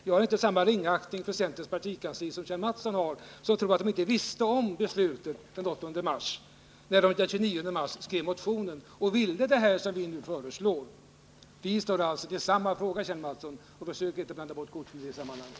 Jag har inte samma ringaktning för centerns partikansli som Kjell Mattsson, som tror att partikansliet inte visste om beslutet den 8 mars när det den 29 mars skrev motionen och ville det som vi nu föreslår. Visst är det samma fråga, Kjell Mattsson, försök inte att blanda bort korten i det sammanhanget!